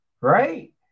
Right